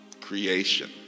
creation